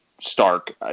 stark